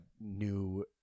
new